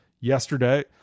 Yesterday